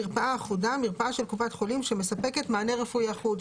"מרפאה אחודה" - מרפאה של קופת חולים שמספקת מענה רפואי אחוד,